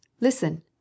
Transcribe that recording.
listen